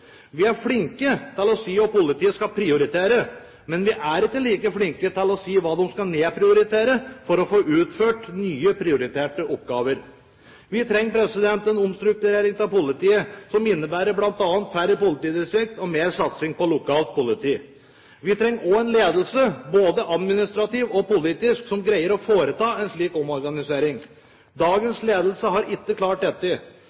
Vi er flinke til å si hva politiet skal prioritere, men vi er ikke like flinke til å si hva de skal nedprioritere for å få utført nye, prioriterte oppgaver. Vi trenger en omstrukturering av politiet, som bl.a. innebærer færre politidistrikter og mer satsing på lokalt politi. Vi trenger også en ledelse, både administrativ og politisk, som greier å foreta en slik omorganisering. Dagens ledelse har ikke klart dette.